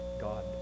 God